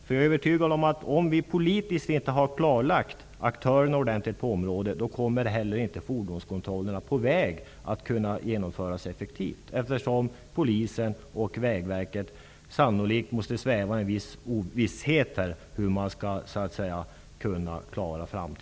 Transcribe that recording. Jag är övertygad om att om vi politiskt inte har klarlagt aktörernas roll på området, då kommer inte heller fordonskontrollerna på väg att kunna genomföras effektivt, eftersom Polisen och Vägverket sannolikt kommer att sväva i viss osäkerhet.